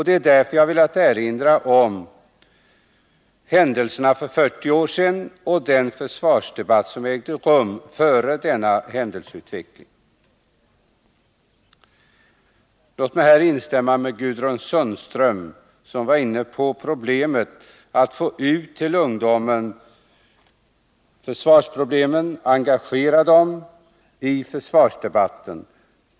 Det är därför jag velat erinra om händelserna för 40 år sedan och den försvarsdebatt som ägde rum före denna händelseutveckling. Låt mig instämma med Gudrun Sundström, som var inne på problemet att nå ut till ungdomen och engagera dem i försvarsdebatten.